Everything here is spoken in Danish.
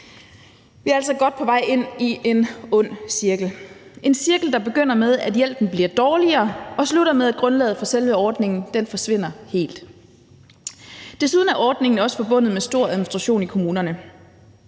Vi er altså godt på vej ind i en ond cirkel. En cirkel, der begynder med, at hjælpen bliver dårligere, og slutter med, at grundlaget for selve ordningen forsvinder helt. Desuden er ordningen også forbundet med stor administration i kommunerne.